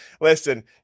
Listen